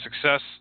success